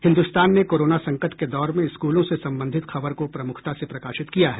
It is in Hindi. हिन्दुस्तान ने कोरोना संकट के दौर में स्कूलों से संबंधित खबर को प्रमुखता से प्रकाशित किया है